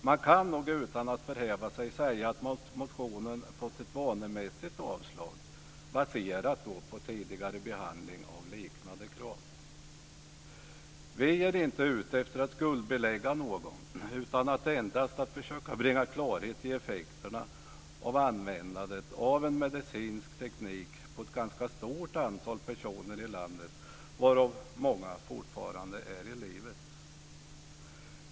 Man kan nog utan att förhäva sig säga att utskottet vanemässigt föreslår ett avslag på motionen baserat på tidigare behandling av liknande krav. Vi är inte ute efter att skuldbelägga någon, utan endast efter att försöka bringa klarhet i effekterna av användandet av en medicinsk teknik på ett ganska stort antal personer i landet, varav många fortfarande är i livet.